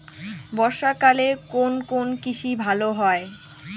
বর্ষা কালে কোন কোন কৃষি ভালো হয়?